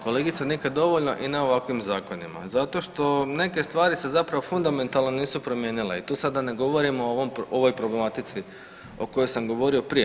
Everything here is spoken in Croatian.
Kolegice nikad dovoljno i ne ovakvim zakonima zato što neke stvari se zapravo fundamentalno nisu promijenile i tu sada ne govorimo o ovoj problematici o kojoj sam govorio prije.